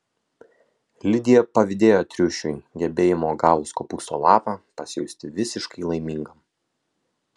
lidija pavydėjo triušiui gebėjimo gavus kopūsto lapą pasijusti visiškai laimingam